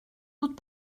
doute